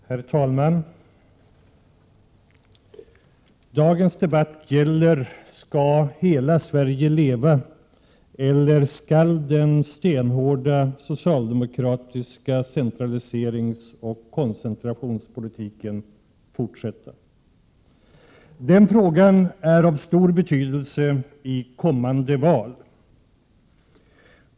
Herr talman! Dagens debatt gäller frågan: Skall hela Sverige leva, eller skall den stenhårda socialdemokratiska centraliseringsoch koncentrationspolitiken fortsätta? Den frågan är av stor betydelse i kommande val.